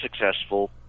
successful